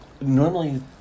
Normally